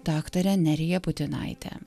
daktare nerija putinaitė